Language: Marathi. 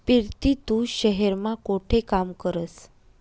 पिरती तू शहेर मा कोठे काम करस?